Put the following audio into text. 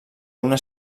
una